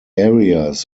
areas